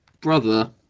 brother